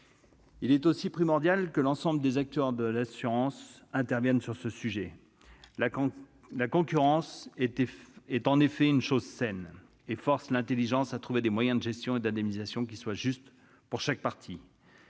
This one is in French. Il est aussi primordial que l'ensemble des acteurs de l'assurance interviennent sur ce sujet. La concurrence est en effet une chose saine, et force l'intelligence à trouver des moyens de gestion et d'indemnisation qui soient justes pour chaque partie.